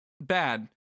bad